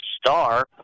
star